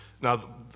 Now